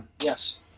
Yes